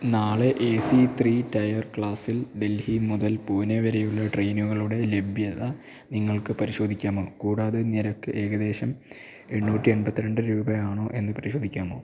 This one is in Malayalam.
നാളെ എ സി ത്രീ ടയർ ക്ലാസ്സിൽ ഡൽഹി മുതൽ പൂനെ വരെയുള്ള ട്രെയിനുകളുടെ ലഭ്യത നിങ്ങൾക്ക് പരിശോധിക്കാമോ കൂടാതെ നിരക്ക് ഏകദേശം എണ്ണൂറ്റി എൺപത്തി രണ്ട് രൂപയാണോ എന്ന് പരിശോധിക്കാമോ